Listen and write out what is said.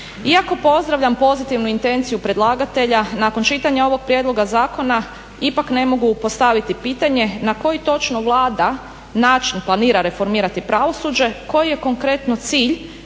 Iako pozdravljam pozitivnu intenciju predlagatelja nakon čitanja ovog prijedloga zakona ipak ne mogu ne postaviti pitanje na koji točno Vlada način planira reformirati pravosuđe, koji je konkretno cilj,